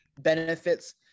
benefits